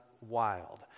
wild